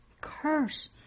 curse